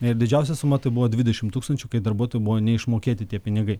ir didžiausia suma tai buvo dvidešim tūkstančių kai darbuotojui buvo neišmokėti tie pinigai